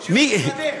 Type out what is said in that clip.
תירדם.